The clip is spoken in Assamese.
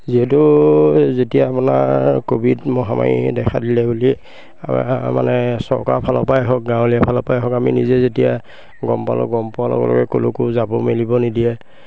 যিহেতু যেতিয়া আপোনাৰ ক'ভিড মহামাৰীয়ে দেখা দিলে বুলি আমাৰ মানে চৰকাৰৰ ফালৰ পৰাই হওক গাঁৱলীয়া ফালৰ পৰাই হওক আমি নিজে যেতিয়া গম পালোঁ গম পোৱাৰ লগে লগে ক'লৈকো যাব মেলিব নিদিয়ে